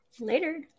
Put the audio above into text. later